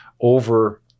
over